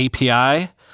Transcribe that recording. API